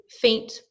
faint